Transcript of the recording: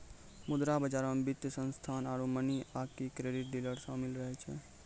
मुद्रा बजारो मे वित्तीय संस्थानो आरु मनी आकि क्रेडिट डीलर शामिल रहै छै